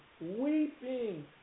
weeping